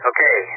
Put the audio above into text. Okay